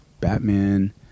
Batman